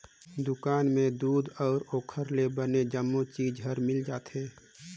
दुकान में दूद अउ ओखर ले बने जम्मो चीज हर मिल जाथे